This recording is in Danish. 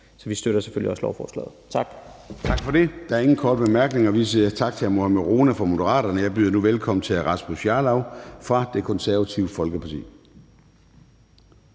Vi stemmer selvfølgelig også for lovforslaget. Kl. 00:11 Formanden (Søren Gade): Tak for det. Vi siger tak til hr. Mohammad Rona fra Moderaterne. Jeg byder nu velkommen til hr. Rasmus Jarlov fra Det Konservative Folkeparti.